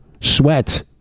sweat